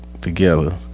together